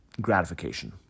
gratification